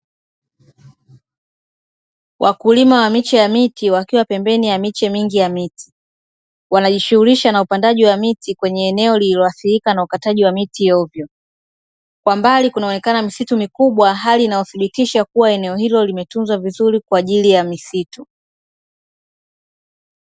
Wakulima wa miche ya miti wakiwa pembeni ya miche mingi ya miti. Wanajishughulisha na upandaji wa miti kwenye eneo lililoathirika na ukataji wa miti hovyo. Kwa mbali kunaonekana misitu mikubwa, hali inayothibitisha kuwa eneo hilo limetunzwa vizuri kwa ajili ya misitu.